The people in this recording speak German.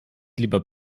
lieber